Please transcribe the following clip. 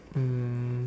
um